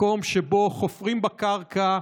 מקום שבו חופרים בקרקע,